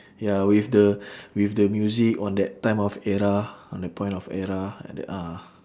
ya with the with the music on that time of era on that point of era at that ah